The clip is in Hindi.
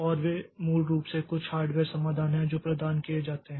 और वे मूल रूप से कुछ हार्डवेयर समाधान हैं जो प्रदान किए जाते हैं